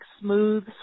smooth